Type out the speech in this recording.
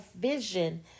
vision